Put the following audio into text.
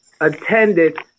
attended